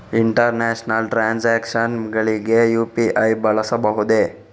International transactions ಗಳಿಗೆ UPI ಬಳಸಬಹುದೇ?